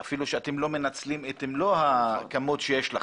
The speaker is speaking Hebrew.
אפילו לא מנצלים את מלוא המספר שיש לכם.